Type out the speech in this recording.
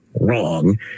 wrong